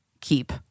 keep